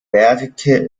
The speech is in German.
werke